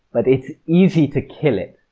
but it's easy to kill it.